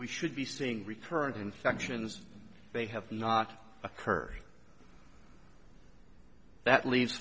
we should be seeing recurrent infections they have not occur that leaves